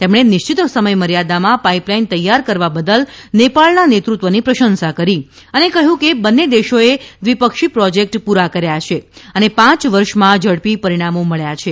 તેમણે નિશ્ચિત સમથમર્યાદામાં પાઇપલાઇન તૈયાર કરવા બદલ નેપાળના નેતૃત્વની પ્રશંસા કરી અને કહ્યું કે બંને દેશોએ દ્વિપક્ષી પ્રોજેક્ટ પૂરા કર્યા છે અને પાંચ વર્ષમાં ઝડપી પરિણામો મળ્યાં છે